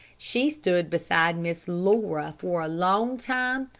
she stood beside miss laura for a long time,